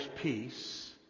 peace